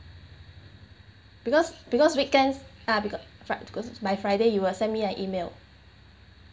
because because weekends ah bec~ fri~ because by friday you will send me an email